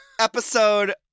episode